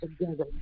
together